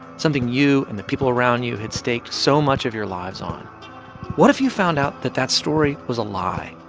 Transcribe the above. something you and the people around you had staked so much of your lives on what if you found out that that story was a lie?